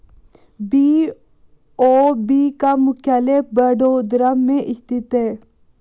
BOB का मुख्यालय बड़ोदरा में स्थित है